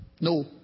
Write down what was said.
no